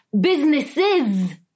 businesses